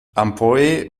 amphoe